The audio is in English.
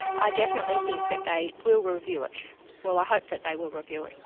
i definitely think that they will review it well i hope that they will review it.